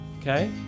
Okay